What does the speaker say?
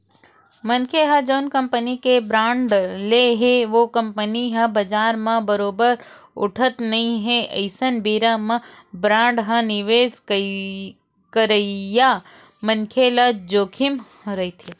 मनखे ह जउन कंपनी के बांड ले हे ओ कंपनी ह बजार म बरोबर उठत नइ हे अइसन बेरा म बांड म निवेस करइया मनखे ल जोखिम रहिथे